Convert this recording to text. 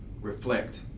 reflect